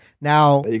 Now